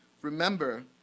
Remember